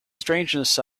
strangeness